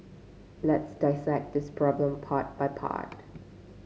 let's dissect this problem part by part